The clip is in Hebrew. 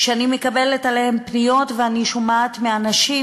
שאני מקבלת עליהן פניות ואני שומעת מאנשים,